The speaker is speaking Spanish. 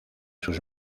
sus